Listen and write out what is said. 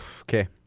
Okay